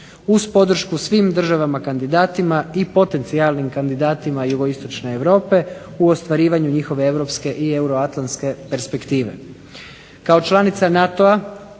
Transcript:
Uz podršku svim državama kandidatima i potencijalnim kandidatima jugoistočne Europe u ostvarivanju njihove europske i euroatlantske perspektive. Kao članica NATO-a